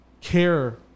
care